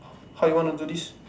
how you want to do this